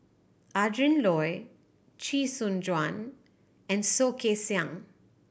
Adrin Loi Chee Soon Juan and Soh Kay Siang